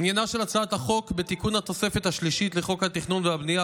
עניינה של הצעת החוק בתיקון התוספת השלישית לחוק התכנון והבנייה,